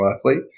athlete